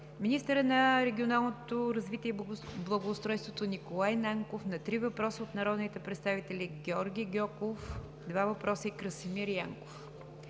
министърът на регионалното развитие и благоустройството Николай Нанков – на три въпроса от народните представители Георги Гьоков (два въпроса); и Красимир Янков.